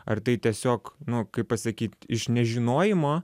ar tai tiesiog nu kaip pasakyt iš nežinojimo